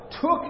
took